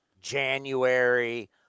January